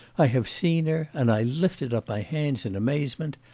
i have seen her and i lifted up my hands in amazement.